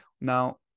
Now